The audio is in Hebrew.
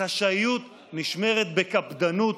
החשאיות נשמרת בקפדנות